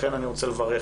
לכן, אני רוצה לברך